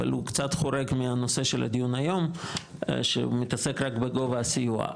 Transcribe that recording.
אבל הוא קצת חורג מהנושא של הדיון היום שהוא מתעסק רק בגובה הסיוע,